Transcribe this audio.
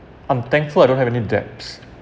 I'm thankful I don't have any debts